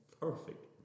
perfect